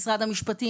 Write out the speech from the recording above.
עם משרד המשפטים.